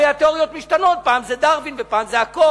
הרי התיאוריות משתנות, פעם זה דרווין, פעם זה הקוף